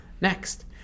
next